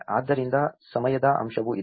ಆದ್ದರಿಂದ ಸಮಯದ ಅಂಶವೂ ಇದೆ